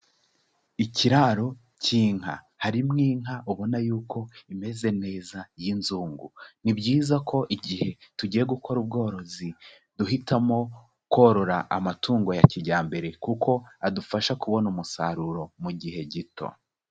Ikiraro cy'inka, harimo inka ubona yuko imeze neza y'inzungu, ni byiza ko igihe tugiye gukora ubworozi duhitamo korora amatungo ya kijyambere kuko adufasha kubona umusaruro mu gihe gito.